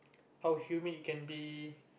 how humid it can be